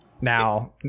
Now